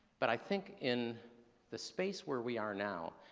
but i think in the space where we are now,